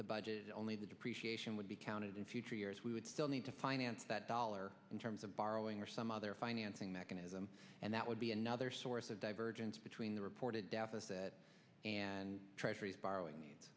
the budget only the depreciation would be counted in future years we would still need to finance that dollar in terms of borrowing or some other financing mechanism and that would be another source of divergence between the reported deficit and treasuries borrowing